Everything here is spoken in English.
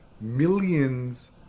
millions